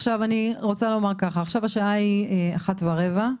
עכשיו השעה היא אחת ורבע.